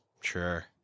Sure